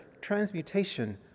transmutation